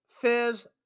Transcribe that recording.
fizz